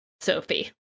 Sophie